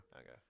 okay